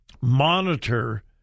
monitor